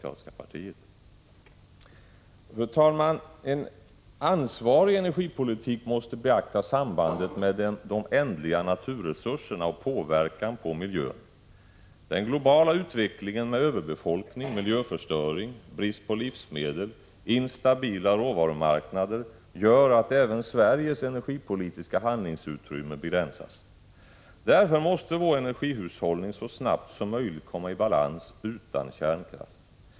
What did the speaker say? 1985/86:124 kratiska partiet. 23 april 1986 Fru talman! En ansvarig energipolitik måste beakta sambandet med de ändliga naturresurserna och påverkan av miljön. Den globala utvecklingen med överbefolkning, miljöförstöring, brist på livsmedel och instabila råvarumarknader gör att även Sveriges energipolitiska handlingsutrymme begränsas. Därför måste vår energihushållning så snabbt som möjligt komma i balans utan kärnkraft.